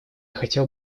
хотел